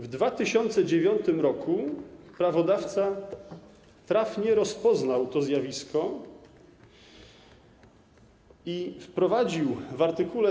W 2009 r. prawodawca trafnie rozpoznał to zjawisko i wprowadził w art.